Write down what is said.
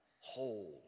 whole